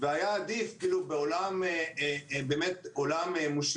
והיה עדיף בעולם מושלם,